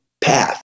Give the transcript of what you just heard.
path